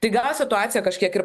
tai gal situacija kažkiek ir